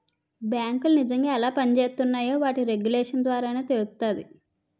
బేంకులు నిజంగా ఎలా పనిజేత్తున్నాయో వాటి రెగ్యులేషన్స్ ద్వారానే తెలుత్తాది